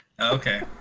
Okay